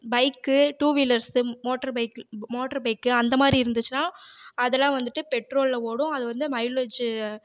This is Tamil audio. bike two wheelers motor bike motor bike அந்த மாதிரி இருந்துச்சுனா அதெலாம் வந்துட்டு பெட்ரோலில் ஓடும் அது வந்து மைலேஜ்